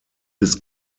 bis